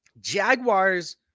Jaguars